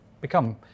become